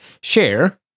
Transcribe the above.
Share